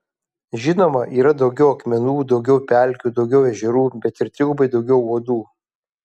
žinoma yra daugiau akmenų daugiau pelkių daugiau ežerų bet ir trigubai daugiau uodų